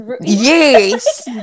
yes